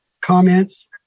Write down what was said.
comments